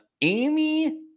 Amy